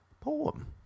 poem